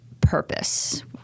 purpose